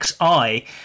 XI